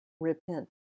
repent